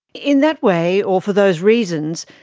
in that way, or for those reasons,